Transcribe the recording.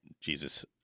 Jesus